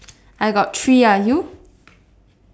I got three ah you